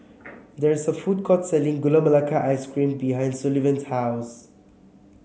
there is a food court selling Gula Melaka Ice Cream behind Sullivan's house